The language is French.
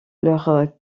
leur